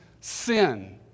sin